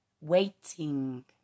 waiting